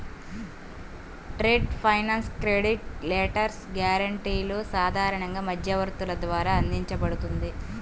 trade finance credit letters, గ్యారెంటీలు సాధారణ మధ్యవర్తుల ద్వారా అందించబడుతుంది